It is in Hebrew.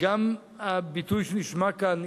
גם הביטוי שנשמע כאן,